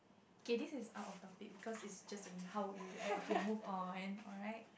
K this is out of topic because is just only how would you react okay move on alright